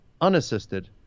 unassisted